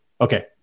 Okay